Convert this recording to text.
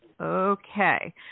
Okay